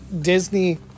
Disney